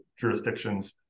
jurisdictions